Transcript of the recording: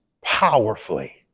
powerfully